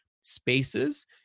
spaces